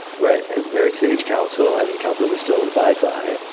right, very sage counsel, and counsel that we still abide by.